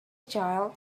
child